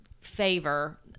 favor